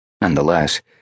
Nonetheless